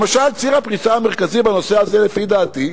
למשל, ציר הפריצה המרכזי בנושא הזה, לדעתי,